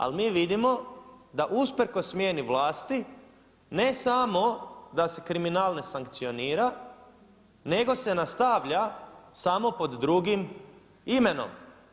Ali mi vidimo da usprkos smjeni vlasti ne samo da se kriminal ne sankcionira nego se nastavlja samo pod drugim imenom.